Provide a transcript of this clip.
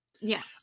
Yes